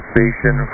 Station